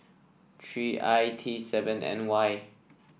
three I T seven N Y